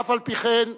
ואף-על-פי-כן,